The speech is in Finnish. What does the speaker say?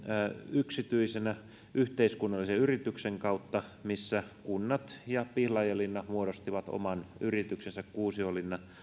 yksityisinä yhteiskunnallisen yrityksen kautta missä kunnat ja pihlajalinna muodostivat oman yrityksensä kuusiolinna